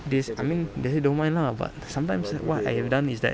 they s~ I mean they say don't mind lah but sometimes like what I've have done is that